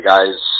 Guys